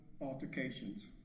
altercations